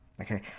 Okay